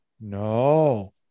No